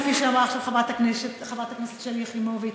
כפי שאמרה עכשיו חברת הכנסת שלי יחימוביץ,